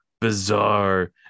bizarre